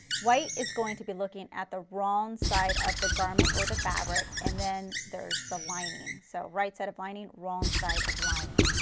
white is going to be looking at the wrong side of the garment or the fabric and then there's the lining, so right side of lining, wrong side of lining.